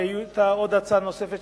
היתה הצעה נוספת,